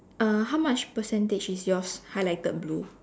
uh how much percentage is yours highlighted blue